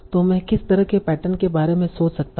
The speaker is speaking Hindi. तो मैं किस तरह के पैटर्न के बारे में सोच सकता हूं